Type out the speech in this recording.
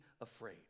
afraid